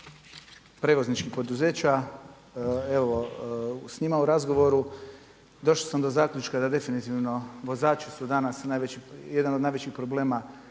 prevozničkih poduzeća, evo s njima u razgovoru došao sam do zaključka da definitivno vozači su danas jedan od najvećih problema